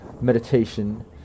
meditation